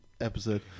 episode